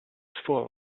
full